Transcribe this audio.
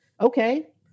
okay